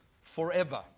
forever